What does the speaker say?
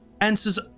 answers